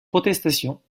protestations